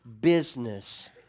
business